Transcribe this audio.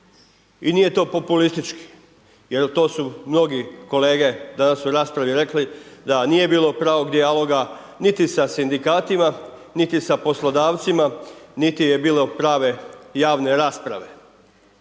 I nije to populistički jel to su mnogi kolege danas u raspravi rekli da nije bilo pravog dijaloga, niti sa Sindikatima, niti sa poslodavcima, niti je bilo prave javne rasprave.